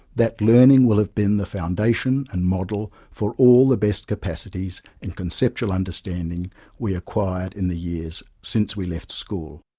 that learning will have been the foundation and model for all the best capacities and conceptual understanding we acquired in the years since we left school.